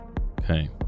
Okay